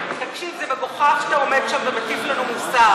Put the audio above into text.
תקשיב, זה מגוחך שאתה עומד שם ומטיף לנו מוסר.